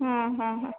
हां हां हां